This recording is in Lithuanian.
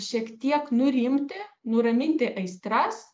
šiek tiek nurimti nuraminti aistras